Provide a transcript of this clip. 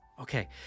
okay